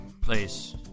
Place